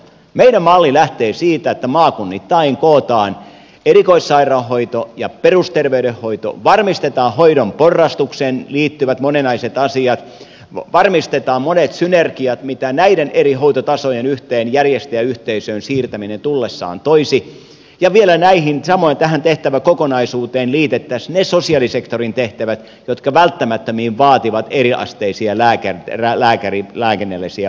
meidän mallimme lähtee siitä että maakunnittain kootaan erikoissairaanhoito ja perusterveydenhoito varmistetaan hoidon porrastukseen liittyvät moninaiset asiat varmistetaan monet synergiat mitä näiden eri hoitotasojen yhteen järjestäjäyhteisöön siirtäminen tullessaan toisi ja vielä näihin tähän samaan tehtäväkokonaisuuteen liitettäisiin ne sosiaalisektorin tehtävät jotka välttämättömimmin vaativat eriasteisia lääkinnällisiä palveluita